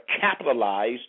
capitalize